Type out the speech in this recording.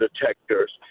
detectors